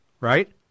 right